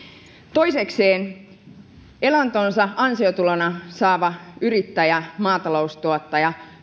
toisekseen elantonsa ansiotulona saavan yrittäjän maataloustuottajan